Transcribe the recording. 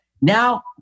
Now